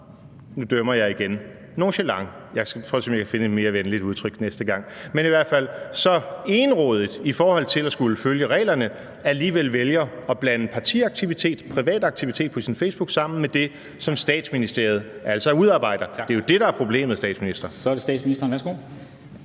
nu dømmer jeg igen, og jeg skal se, om jeg kan finde et mere venligt udtryk næste gang – men i hvert fald så egenrådigt i forhold til at skulle følge reglerne alligevel vælger at blande partiaktivitet, privat aktivitet på sin Facebook, sammen med det, som Statsministeriet altså udarbejder. Det er jo det, der er problemet, vil jeg sige til statsministeren. Kl.